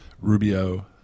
Rubio